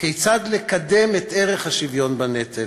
כיצד לקדם את ערך השוויון בנטל,